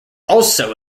also